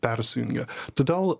persijungia todėl